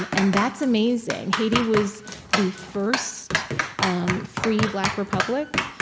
and and that's amazing. haiti was the first um free black republic,